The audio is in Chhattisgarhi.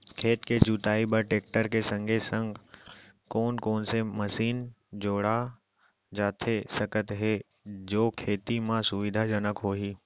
खेत के जुताई बर टेकटर के संगे संग कोन कोन से मशीन जोड़ा जाथे सकत हे जो खेती म सुविधाजनक होही?